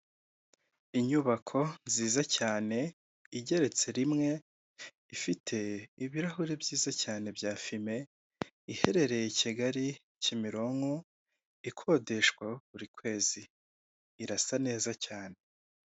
Inyubako nziza cyane igeretse rimwe, ifite ibirahuri byiza cyane bya fime, iherereye i Kigali, kimironko ikodeshwa buri kwezi irasa neza cyane.